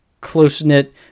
close-knit